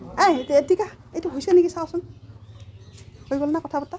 এই এইটো হৈছে নেকি চাচোন হৈ গ'ল নেকি কথা পতা